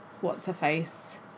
what's-her-face